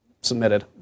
submitted